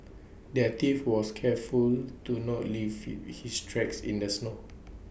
the thief was careful to not leave he his tracks in the snow